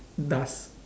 dusk